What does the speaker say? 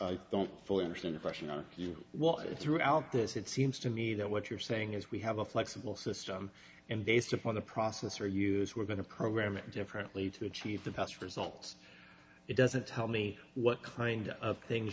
i don't fully understand the question on you what it's throughout this it seems to me that what you're saying is we have a flexible system and based upon the processor use we're going to program it differently to achieve the best results it doesn't tell me what kind of things